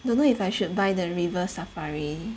don't know if I should buy the River Safari